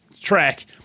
track